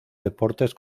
deportes